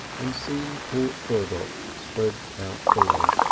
and see port burdock spread out below,